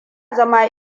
zama